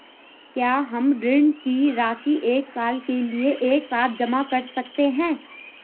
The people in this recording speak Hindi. क्या हम ऋण की राशि एक साल के लिए एक साथ जमा कर सकते हैं?